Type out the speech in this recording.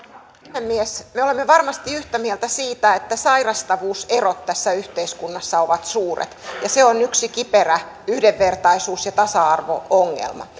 puhemies me olemme varmasti yhtä mieltä siitä että sairastavuuserot tässä yhteiskunnassa ovat suuret ja se on yksi kiperä yhdenvertaisuus ja tasa arvo ongelma